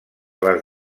les